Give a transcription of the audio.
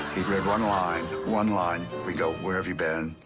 he'd read one line one line we go. where have you been?